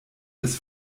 des